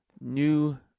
new